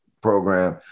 program